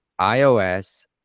iOS